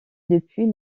depuis